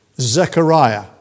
Zechariah